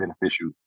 beneficial